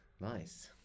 Nice